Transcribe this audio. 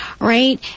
right